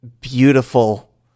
beautiful